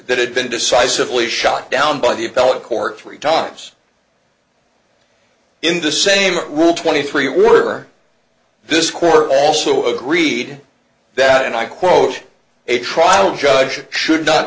that had been decisively shot down by the appellate court three times in the same rule twenty three were this court also agreed that and i quote a trial judge should not